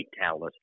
talent